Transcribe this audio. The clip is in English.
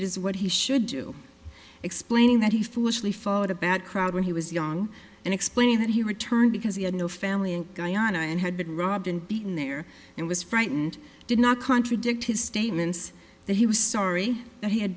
it is what he should do explaining that he foolishly followed a bad crowd when he was young and explained that he returned because he had no family in guyana and had been robbed and beaten there and was frightened did not contradict his statements that he was sorry that he had